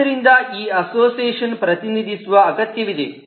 ಆದ್ದರಿಂದ ಈ ಅಸೋಸಿಯೇಷನ್ ಪ್ರತಿನಿಧಿಸುವ ಅಗತ್ಯವಿದೆ